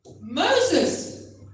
moses